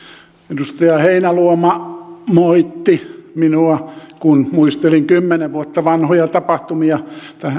edustaja heinäluoma moitti minua kun muistelin kymmenen vuotta vanhoja tapahtumia